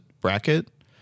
bracket